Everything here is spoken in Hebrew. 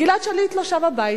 גלעד שליט לא שב הביתה,